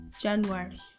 January